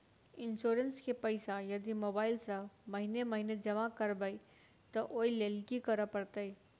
Insurance केँ पैसा यदि मोबाइल सँ महीने महीने जमा करबैई तऽ ओई लैल की करऽ परतै?